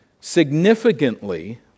significantly